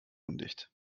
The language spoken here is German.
undicht